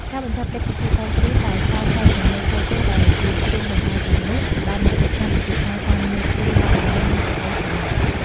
ការបញ្ចប់កិច្ចពិធីសែនព្រេនដោយការចែករំលែកផ្លែឈើដែលជាគ្រឿងដង្វាយទាំងនោះដល់អ្នកជិតខាង គឺជាការសាងនូវទានបារមី និងសេចក្តីស្រឡាញ់។